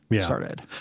started